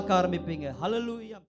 Hallelujah